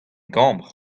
gambr